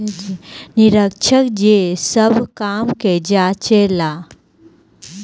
निरीक्षक जे सब काम के जांचे ला